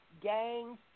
gangs